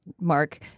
mark